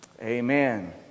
amen